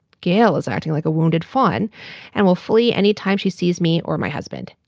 gail is acting like a wounded fun and will flee anytime she sees me or my husband.